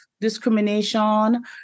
discrimination